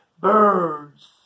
birds